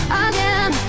again